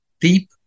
deep